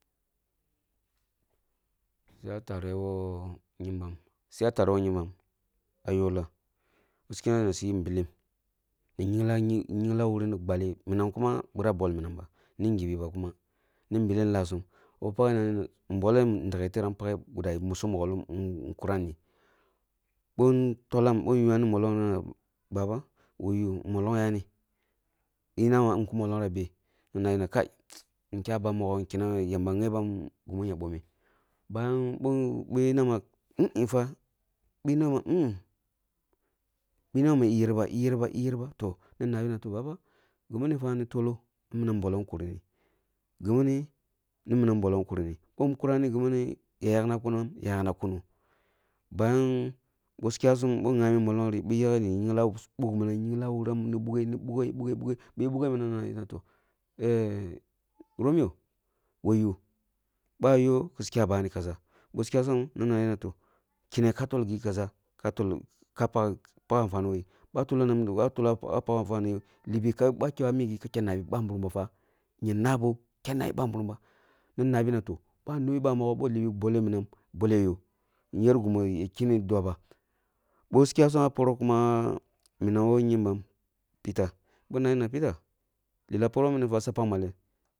Su ya fare woh kyembam-suya tare woh kyembam ah yola, suya kyeneh nasu bol billim na nyhingla nyhin na nyhingla wuri ni gballah mīnam kuma bira bol minanba nijibi ba kuma ni billim lah sum beh paghe na nana nbollam ndaghe tiram paghe ndagha musumokho hum nkuramni bon tollam bon ywam no mollongri na nana baba, wayu mollong yanī bi na ma nkum mollongri ah beh? Na nuna kya bamu mokho nkenneh yamba ghebam gini na ya boh meh ni nama ei ei fah bweh nema ei em fah, bwe nema iyerba iyerba iyerba na nami na toh, baba gimni fa ni tolloh ni minam nbollon nkurmi_ngimmi ni minam bolloh kurmo bon kuram ni gimni ya yakna kunam ya yakna kuno bayan bosu kyasum bí yake molong di, nì nyingla wuram ni bughe ni bughe ni bughe minam na nama toh romiyo wa yu ba yoh kisi kya bani kaʒa busu kyasum nanana toh, kene ka tol gi kaʒa ka tolloh kapak anfani woh yi bah tolloh manido libe bah kya migi ka da nami babirim bafa yer nabo da nami babirim ba na mabi na toh, ba nobi bamogho libi bi billeh minam bolleh yoh yer gemi ya keni dwaba. Boh sukya poroh kuma munan woh kyembam peter boh nambi na peter, lelah poroh mini suya pak malen?